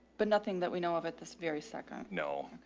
but nothing that we know of at this very second. no.